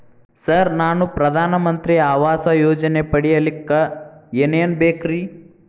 Sir ನಾನು ಪ್ರಧಾನ ಮಂತ್ರಿ ಆವಾಸ್ ಯೋಜನೆ ಪಡಿಯಲ್ಲಿಕ್ಕ್ ಏನ್ ಏನ್ ಬೇಕ್ರಿ?